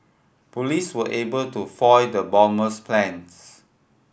police were able to foil the bomber's plans